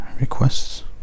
Requests